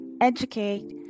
educate